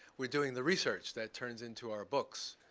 we're doing the research that turns into our books.